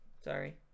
Sorry